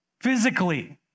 Physically